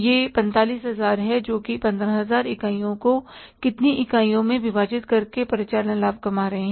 यह 45000 है जो कि 15000 इकाइयों को कितनी इकाइयों में विभाजित करके परिचालन लाभ कमा रहा है